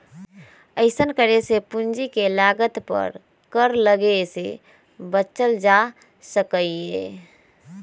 अइसन्न करे से पूंजी के लागत पर कर लग्गे से बच्चल जा सकइय